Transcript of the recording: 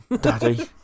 Daddy